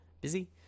busy